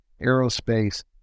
aerospace